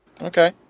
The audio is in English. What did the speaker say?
Okay